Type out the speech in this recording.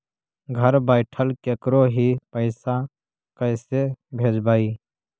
घर बैठल केकरो ही पैसा कैसे भेजबइ?